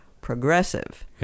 progressive